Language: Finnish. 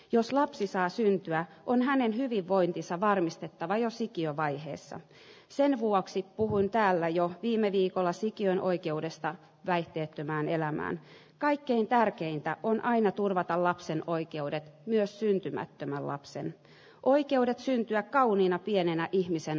jos lapsi saa syntyä on hänen hyvinvointinsa varmistettava jo sikiövaiheessa sen vuoksi puhuin täällä jo viime viikolla sikiön oikeudesta päihteettömään elämään kaikkein tärkeintä on aina turvata lapsen oikeudet myös syntymättömän lapsen oikeudet syntyä kauniina pienenä ihmisen